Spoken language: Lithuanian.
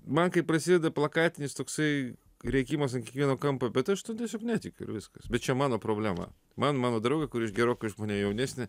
man kai prasideda plakatinis toksai rėkimas ant kiekvieno kampo bet aš tuo tiesiog netikiu ir viskas bet čia mano problema man mano draugė kuri iš gerokai už mane jaunesnė